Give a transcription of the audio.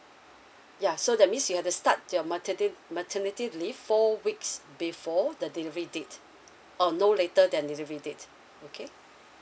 ya so that means you have to start your maternity maternity leave four weeks before the delivery date or no later than delivery date okay